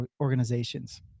organizations